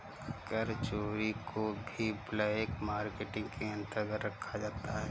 कर चोरी को भी ब्लैक मार्केटिंग के अंतर्गत रखा जाता है